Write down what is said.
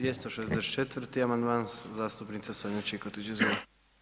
264. amandman, zastupnica Sonja Čikotić, izvolite.